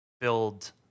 build